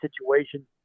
situation